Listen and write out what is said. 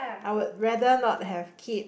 I would rather not have kid